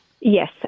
Yes